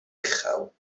uchel